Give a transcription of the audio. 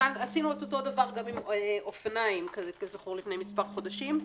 עשינו אותו דבר גם עם אופניים לפני מספר חודשים.